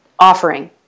offering